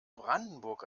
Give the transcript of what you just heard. brandenburg